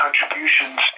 contributions